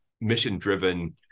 mission-driven